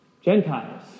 Gentiles